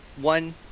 one